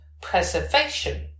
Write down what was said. preservation